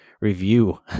review